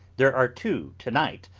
there are two to-night,